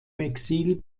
exil